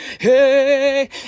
Hey